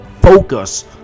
focus